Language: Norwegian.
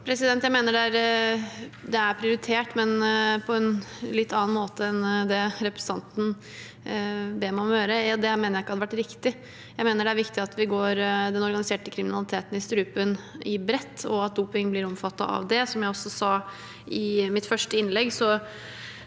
Det er prioritert, men på en litt annen måte enn det representanten ber meg om å gjøre. Det mener jeg ikke hadde vært riktig. Jeg mener det er viktig at vi går den organiserte kriminaliteten i strupen i bredt, og at doping blir omfattet av det. Som jeg også sa i mitt første innlegg,